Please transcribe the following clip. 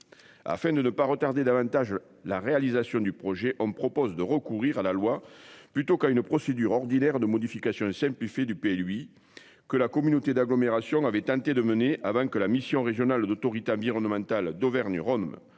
afin de ne pas retarder davantage la réalisation du projet, on propose de recourir à la loi plutôt qu'à une procédure ordinaire de modification simplifiée du PLU lui que la communauté d'agglomération avait tenté de mener avant que la mission régionales d'autorité environnementale d'Auvergne Rhône